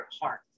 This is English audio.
heart